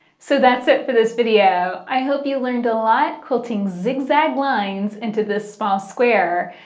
so that's it for this video. i hope you learned a lot quilting zigzag lines into this small square.